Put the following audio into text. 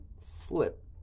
flip